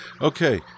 Okay